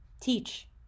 teach